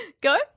Go